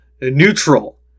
neutral